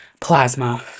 Plasma